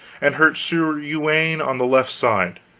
and hurt sir uwaine on the left side